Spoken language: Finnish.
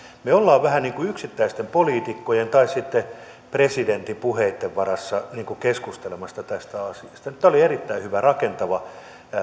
me olemme vähän niin kuin yksittäisten poliitikkojen tai sitten presidentin puheitten varassa keskustelemassa tästä asiasta tämä oli erittäin hyvä rakentava